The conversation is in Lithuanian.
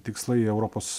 tikslai į europos